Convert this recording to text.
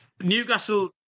Newcastle